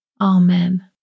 Amen